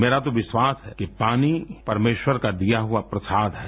मेरा तो विश्वास है कि पानी परमेश्वर का दिया हआ प्रसाद है